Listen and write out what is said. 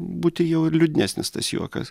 būti jau ir liūdnesnis tas juokas